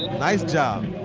nice job.